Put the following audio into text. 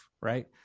right